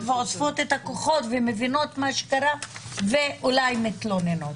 אוספות את הכוחות, מבינות מה שקרה ואולי מתלוננות.